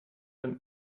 dem